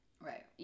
Right